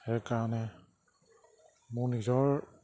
সেইকাৰণে মোৰ নিজৰ